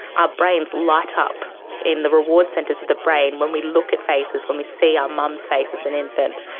our brains light up in the reward centres of the brain when we look at faces, when we see our mum's face as an infant.